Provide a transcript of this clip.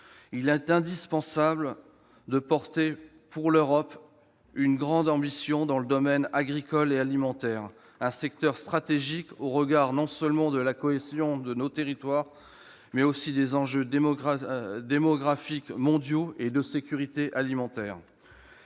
Il est indispensable de promouvoir pour l'Europe une grande ambition dans le domaine agricole et alimentaire, secteur stratégique au regard non seulement de la cohésion de nos territoires, mais aussi des enjeux démographiques mondiaux et de sécurité alimentaire.